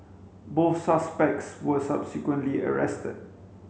both suspects were subsequently arrested